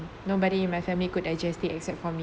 nobody in my family could digest it except for me